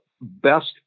best